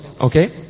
okay